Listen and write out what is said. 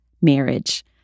marriage